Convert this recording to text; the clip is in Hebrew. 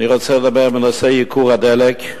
אני רוצה לדבר בנושא ייקור הדלק.